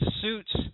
suits